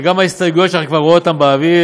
וגם ההסתייגויות שלך, אני כבר רואה אותן באוויר.